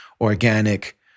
organic